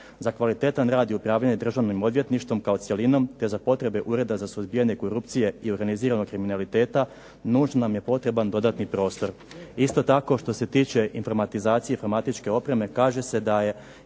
Za kvalitetan rad i upravljanje Državnim odvjetništvom kao cjelinom, te za potrebe Ureda za suzbijanje korupcije i organiziranog kriminaliteta nužno nam je potreban dodatni prostor. Isto tako što se tiče informatizacije, informatičke opreme kaže se da je